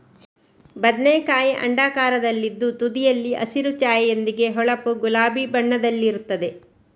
ಬದನೆಕಾಯಿ ಅಂಡಾಕಾರದಲ್ಲಿದ್ದು ತುದಿಯಲ್ಲಿ ಹಸಿರು ಛಾಯೆಯೊಂದಿಗೆ ಹೊಳಪು ಗುಲಾಬಿ ಬಣ್ಣದಲ್ಲಿರುತ್ತದೆ